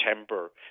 September